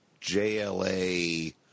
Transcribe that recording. JLA